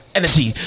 energy